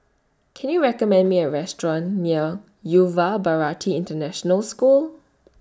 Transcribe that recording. Can YOU recommend Me A Restaurant near Yuva Bharati International School